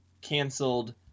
canceled